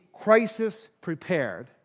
crisis-prepared